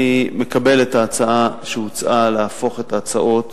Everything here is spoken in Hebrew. אני מקבל את ההצעה שהוצעה, להפוך את ההצעות